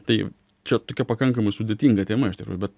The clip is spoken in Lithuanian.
tai čia tokia pakankamai sudėtinga tema iš tikrųjų bet